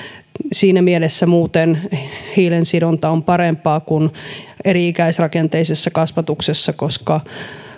siinä mielessä muuten hiilensidonta on parempaa kuin eri ikäisrakenteisessa kasvatuksessa koska